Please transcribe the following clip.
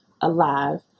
alive